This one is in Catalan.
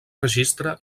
registre